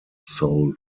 sold